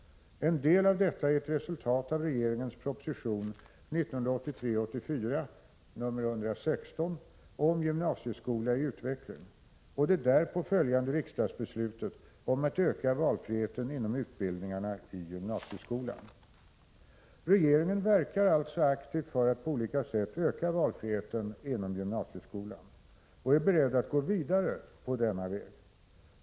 En del av detta är ett resultat av regeringens proposition om gymnasieskola i utveckling och det därpå följande riksdagsbeslutet om att öka valfriheten inom utbildningarna i gymnasieskolan. Regeringen verkar alltså aktivt för att på olika sätt öka valfriheten inom gymnasieskolan och är beredd att gå vidare på denna väg.